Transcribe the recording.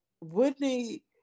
Whitney